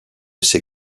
ces